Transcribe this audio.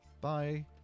bye